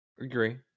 Agree